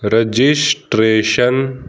registration